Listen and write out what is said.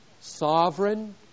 sovereign